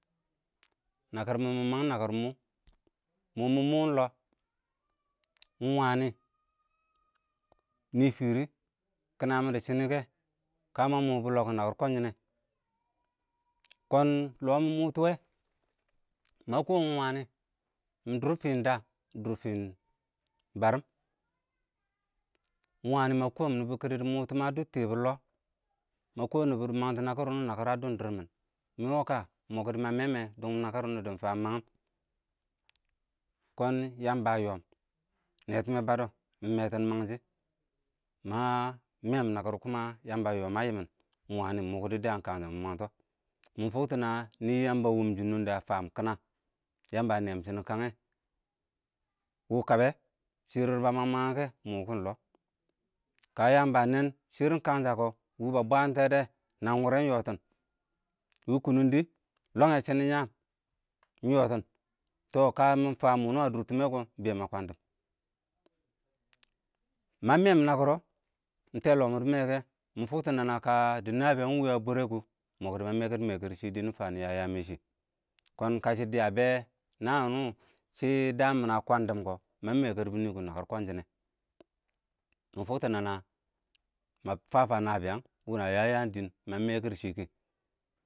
nəkɪr mɪn ɪng məng nəkɪr mɔɔ, mɔɔ mʊ mʊn ɪng lɔɔ ə? ɪng wənɪ, nɪfɪ kɪnə mɪ dɪ shɪnɪ kəmə mʊʊ bʊ lɔɔg ɪng ɪng nəkɪr kwənshɪnɛ, kɔɔn ɪng lɔɔ mʊ mʊtʊ wɛ, ma kɔɔm ɪng wənɪ, mɪ dʊʊr fɪɪn ɪng dəəm dʊr fɪn bərɪɪm, ɪng wənɪ mə kɔɔm nɪbʊ kɪdɪ, mə dʊt tɪbɪr lɔɔh, mə kɔɔm nɪbɪ dɪɪ məngtɔ nəkɪr wɪnɪwɔ, nəkɪr dʊb dɪrmɪn ɪng mɔ kə, mɔ kɪdɪ mə meɛɛmɛ dʉng nəkɪr wʊnʊ dɔn ɪng fə ɪng məghɪm, kɔn yəmbə ə yɔɔn, nɛ tɪmɛ bədɔɔ, ɪng mɛtɪn ɪng nəngshɪ, mə mɛɛn nəkɪr wɔ yəmbə ə yɔɔm mə yɪmɪn, ɪng wənɪ mɔ kɪdɪ dəən ɪng kənsə mɪ məng tɔɔ, mɪ fʊktɔ nə nɪ yəmbə ə wʊmsɪn nʊngdɛ ə fəəm kɪnə, yəmbə ə nɛn shɪnɪn ɪng kəən yɛwɪɪ kəbɛ shɪrr bə mənge kɛ ɪng mʊʊkɪn lɔɔ, kə Yəmbə nɛn shɪrr kənsə kɔ, wɪbə bwəən tɛdɛ, nəng wʊrɛ ɪng yɔtɪn. wɪɪ kʊnʊngdɪ, lɔngyɛ shɪnɪn yəəm, ɪng yɔɔtɪn, tɔ kə mɪ fəm wɪnɪ ə dʊr tɪmɛ kɔɔ ɪng bɛɛn mə kwəndɪm, mə mɛɛm nəkɪr wɔɔ, ɪng tɛɛ lɔɔ mɔ dɪ mɛkɪyɛ, mɪ fʊktɔ nənə kə dɪ nəbɪyəng ɪng wɪɪ ə bwɛrɛ kʊ, ɪng mɔkɪdɪ mɛ mɛkɪr-mɛkɪr hɪ dɪ nɪ fə yə yəəm yɛshɪ, kɔɔn kəshɪ dɪyə bɛ nəən wʊnʊ, shɛ dəəm mɪn ə kwəndɪm kɔ, mə mɛkɪr bɪnɪ kʊ ɪng nəkɪr kwənshɪn nɛ mɪ fʊktɔ nənə, mə fəfə nəbɪyəng wɪnə yə yəən dɪɪn, mə mɛkɪr shɪ kɪ.